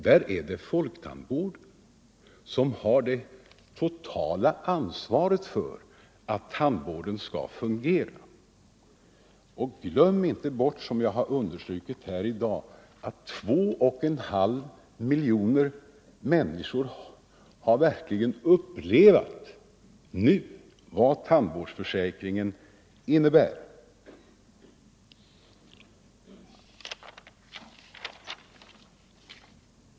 Där är det folktandvården som har det totala ansvaret för att tandvården skall fungera. Glöm inte bort — jag har understrukit det tidigare i dag — att två och en halv miljoner människor verkligen har upplevt vad tandvårdsförsäkringen innebär.